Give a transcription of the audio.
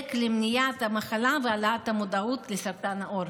להיבדק למניעת המחלה והעלאת המודעות לסרטן העור.